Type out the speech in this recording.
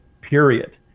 period